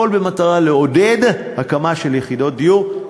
הכול במטרה לעודד הקמה של יחידות דיור.